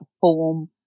form